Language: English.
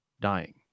dying